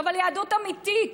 אבל יהדות אמיתית,